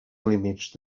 límits